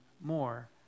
more